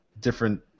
different